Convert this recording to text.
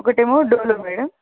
ఒకటి ఏమో డోలో మేడం